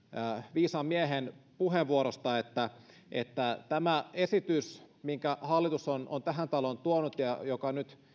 viisaan miehen puheenvuorosta että että tämä esitys minkä hallitus on on tähän taloon tuonut ja joka nyt